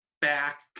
back